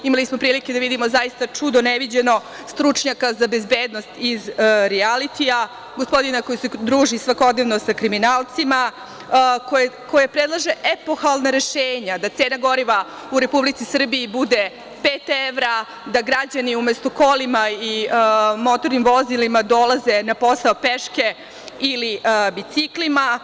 Imali smo prilike da vidimo zaista čudo neviđeno, stručnjaka za bezbednosti iz rijalitija, gospodina koji se druži svakodnevno sa kriminalcima, a koji predlaže epohalna rešenja – da cena goriva u Srbiji bude pet evra, da građani umesto kolima i motornim vozilima dolaze na posao peške ili biciklima.